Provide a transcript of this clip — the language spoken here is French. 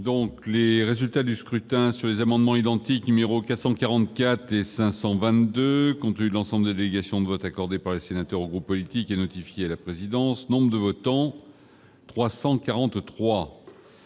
les résultats du scrutin sur les amendements identiques numéro 444 et 522 contre l'ensemble des délégations de vote accordé par les sénateurs groupes politique et notifié à la présidence, nombre de votants. 343.